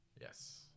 Yes